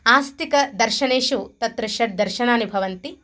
आस्तिकदर्शनेषु तत्र षड्दर्शनानि भवन्ति